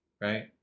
right